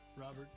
Robert